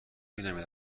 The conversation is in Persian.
ببینم، یه